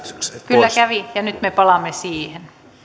kyllä kävi ja nyt me palaamme siihen